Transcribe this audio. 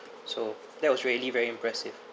so that was really very impressive